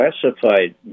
classified